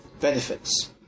benefits